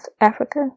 Africa